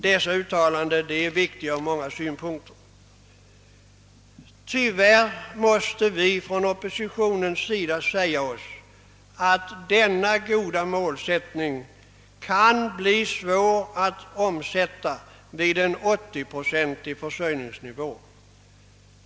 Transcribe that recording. Dessa uttalanden är viktiga från många synpunkter. Tyvärr måste vi inom oppositionen säga oss, att denna goda målsättning kan bli svår att uppnå vid en 80-procentig försörjningsnivå.